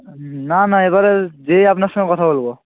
না না এবারে গিয়েই আপনার সঙ্গে কথা বলবো